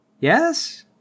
Yes